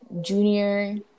junior